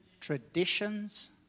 Traditions